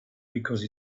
because